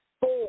Four